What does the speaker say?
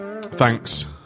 thanks